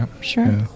Sure